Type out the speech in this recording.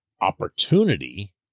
opportunity